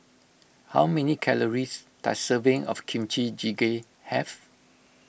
how many calories does a serving of Kimchi Jjigae have